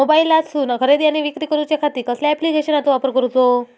मोबाईलातसून खरेदी आणि विक्री करूच्या खाती कसल्या ॲप्लिकेशनाचो वापर करूचो?